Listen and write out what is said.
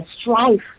strife